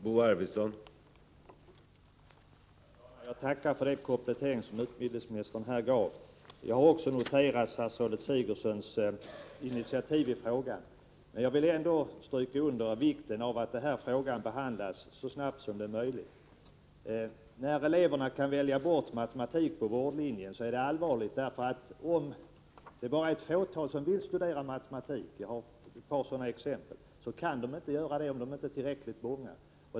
Herr talman! Jag tackar för det kompletterande svar som utbildningsministern gav. Jag har också noterat statsrådet Sigurdsens initiativ i frågan, men jag vill ändå stryka under vikten av att denna fråga behandlas så snabbt som möjligt. Att eleverna kan välja bort matematik på vårdlinjen är allvarligt, för om det bara är några få som vill studera matematik — jag har ett par sådana exempel — kan de inte få göra detta därför att de inte är tillräckligt många.